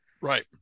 Right